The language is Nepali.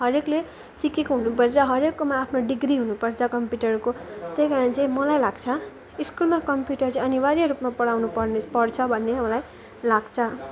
हरेकले सिकेको हुनुपर्छ हरेककोमा आफ्नो डिग्री हुनुपर्छ कम्प्युटरको त्यही कारण चाहिँ मलाई लाग्छ स्कुलमा कम्प्युटर चाहिँ अनिवार्य रूपमा पढाउनु पर्ने पर्छ भन्ने मलाई लाग्छ